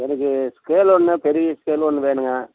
எனக்கு ஸ்கேல் ஒன்று பெரிய ஸ்கேல் ஒன்று வேணுங்க